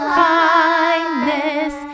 kindness